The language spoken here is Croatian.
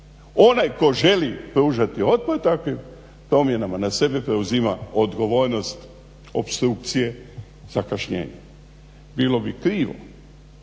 Onaj tko želi pružati otpor takvim promjenama na sebe preuzima odgovornost opstrukcije zakašnjenje. Bilo bi krivo